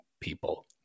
people